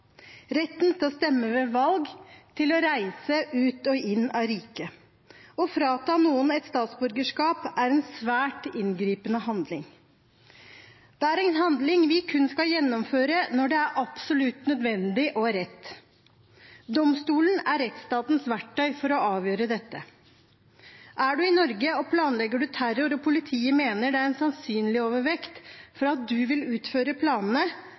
retten til å stemme ved valg og til å reise ut og inn av riket. Å frata noen et statsborgerskap er en svært inngripende handling. Det er en handling vi kun skal gjennomføre når det er absolutt nødvendig og rett. Domstolen er rettsstatens verktøy for å avgjøre dette. Er du i Norge og planlegger terror og politiet mener det er en sannsynlighetsovervekt for at du vil utføre planene,